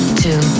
two